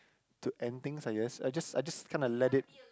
to end things I guess I just I just kinda let it